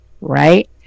right